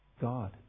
God